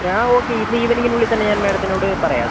ആ ഓക്കെ ഇന്ന് ഈവനിംഗിനുള്ളിൽ തന്നെ ഞാൻ മാഡത്തിനോട് പറയാം അത്